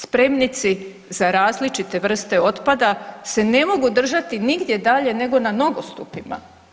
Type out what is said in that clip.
Spremnici za različite vrste otpada se mogu držati nigdje dalje nego na nogostupima.